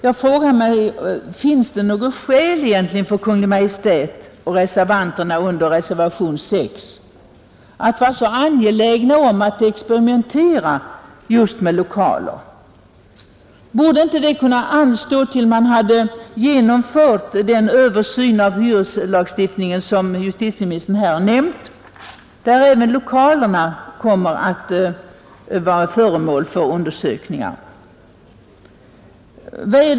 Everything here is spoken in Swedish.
Jag frågar mig om det egentligen finns något skäl för Kungl. Maj:t och reservanterna under reservationen 6 a att vara så angelägna om att experimentera just med lokaler. Borde inte det kunna anstå tills man hade genomfört den översyn av hyreslagstiftningen som justitieministern här har nämnt, där även lokalerna kommer att vara föremål för undersökningar?